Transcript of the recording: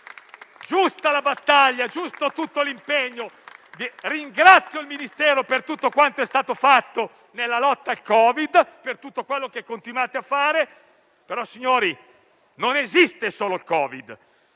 Giusta la battaglia, giusto tutto l'impegno. Io ringrazio il Ministero per tutto quanto è stato fatto nella lotta al Covid-19 e per tutto quello che continuate a fare. Colleghi, non esiste, però, solo il Covid-19.